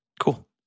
Cool